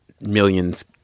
millions